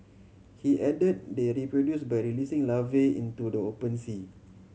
he add they reproduce by releasing larvae into the open sea